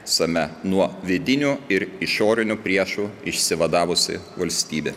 same nuo vidinių ir išorinių priešų išsivadavusi valstybė